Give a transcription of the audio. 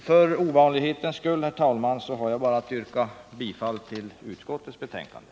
För ovanlighetens skull, herr talman, har jag bara att yrka bifall till utskottets förslag.